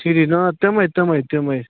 ٹھیٖک آ تِمے تِمے تِمے